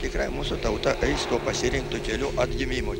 tikrai mūsų tauta eis pasirinktu keliu atgimimui